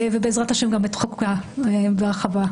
ובעזרת ה' גם חוקה בהרחבה.